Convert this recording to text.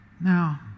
Now